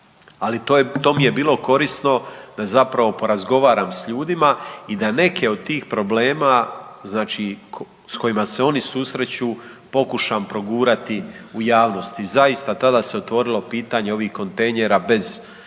Ali to mi je bilo korisno da zapravo porazgovaram s ljudima i da neke od tih problema, s kojima se oni susreću pokušam progurati u javnost. I zaista tada se otvorilo pitanje ovih kontejnera bez sanitarnih